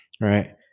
right